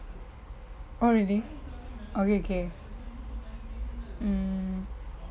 oh really okay K mm